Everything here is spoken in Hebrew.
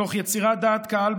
תוך יצירת דעת קהל,